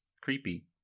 creepy